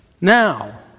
now